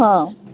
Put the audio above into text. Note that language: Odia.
ହଁ